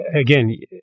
Again